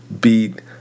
beat